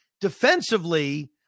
defensively